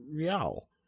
Rial